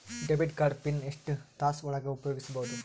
Debit card PIN ಎಷ್ಟ ತಾಸ ಒಳಗ ಉಪಯೋಗ ಮಾಡ್ಬಹುದು?